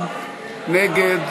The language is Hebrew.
כמה משפחות כאלה אתה מכיר,